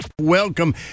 Welcome